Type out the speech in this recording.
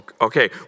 Okay